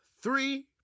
Three